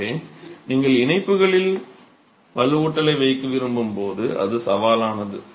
எனவே நீங்கள் இணைப்புகளில் வலுவூட்டலை வைக்க விரும்பும் போது அது சவாலானது